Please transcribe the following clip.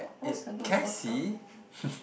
what what's a good photo